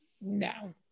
No